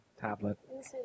tablet